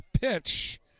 pitch